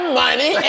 money